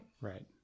Right